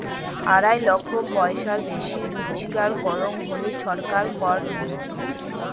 আড়াই লক্ষ পয়সার বেশি রুজগার করং হলি ছরকার কর নেই